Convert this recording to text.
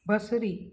बसरी